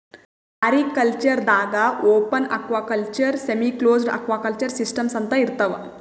mariculture ದಾಗಾ open aquaculture, semi closed aquaculture systems ಅಂತಾ ಇರ್ತವ್